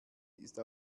ist